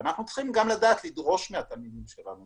אנחנו צריכים גם לדעת לדרוש מהתלמידים שלנו,